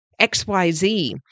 XYZ